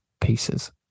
pieces